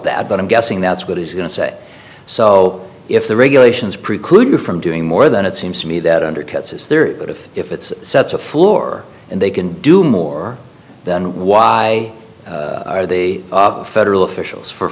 that but i'm guessing that's what he's going to say so if the regulations preclude from doing more than it seems to me that undercuts is there but if if it's such a floor and they can do more then why are the federal officials for